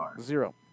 Zero